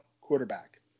quarterback